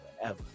forever